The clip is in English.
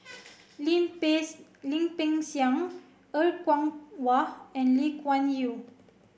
Lim Lim Peng Siang Er Kwong Wah and Lee Kuan Yew